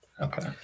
Okay